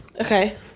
Okay